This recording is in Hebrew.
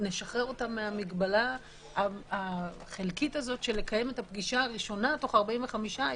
שנשחרר אותם מהמגבלה החלקית של לקיים את הפגישה הראשונה תוך 45 יום.